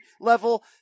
level